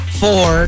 four